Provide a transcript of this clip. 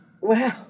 Wow